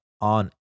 on